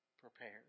prepared